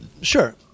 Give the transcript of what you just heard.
Sure